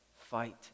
fight